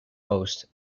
host